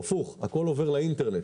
הפוך, הכול עובר לאינטראנט.